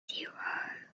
zero